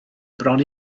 bron